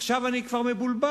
עכשיו אני כבר מבולבל,